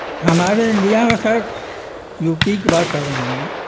ہمارے انڈیا میں sir U P کی بات کر رہا ہوں میں